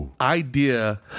idea